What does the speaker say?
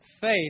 Faith